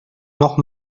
noch